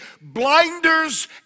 blinders